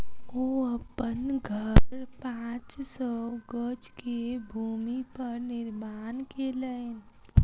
ओ अपन घर पांच सौ गज के भूमि पर निर्माण केलैन